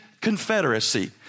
confederacy